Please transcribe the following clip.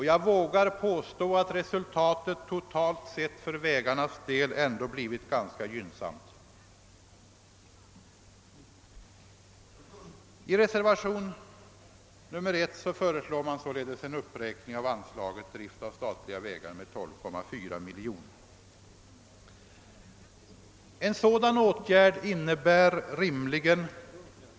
Jag vågar påstå att resultatet för vägarnas del totalt sett blivit ganska gynnsamt. I reservationen 1 föreslås som sagt en uppräkning av anslaget till drift av statliga vägar med 12,4 miljoner kronor.